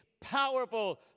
powerful